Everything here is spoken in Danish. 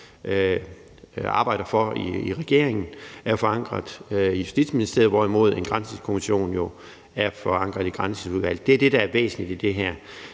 arbejder for i regeringen, er jo forankret i Justitsministeriet, hvorimod en granskningskommission er forankret i Granskningsudvalget. Det er det, der er væsentligt i det her.